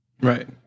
Right